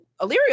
Illyrio